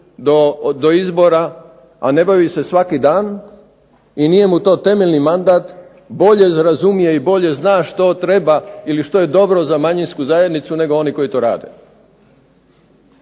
do izbora, a ne bavi se svaki dan i nije mu to temeljni mandat, bolje razumije i bolje zna što treba ili što je dobro za manjinsku zajednicu nego oni koji to rade.